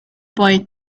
boy